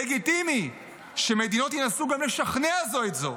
לגיטימי שמדינות גם ינסו לשכנע זו את זו